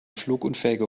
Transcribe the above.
flugunfähiger